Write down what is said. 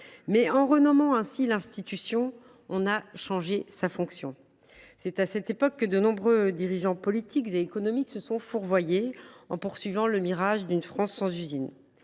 qu’en renommant ainsi l’institution on a changé sa fonction. C’est à cette époque que de nombreux dirigeants politiques et économiques se sont fourvoyés en poursuivant le mirage d’une France sans usines.